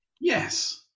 Yes